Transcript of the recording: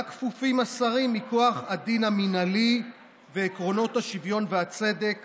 שהשרים כפופים לה מכוח הדין המינהלי ועקרונות השוויון והצדק